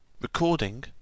Recording